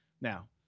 Now